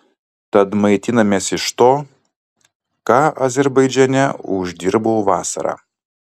tad maitinamės iš to ką azerbaidžane uždirbau vasarą